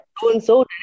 So-and-so